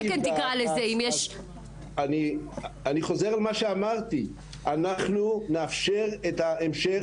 אני חוזר על מה שאמרתי, אנחנו נאפשר להמשיך.